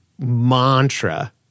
mantra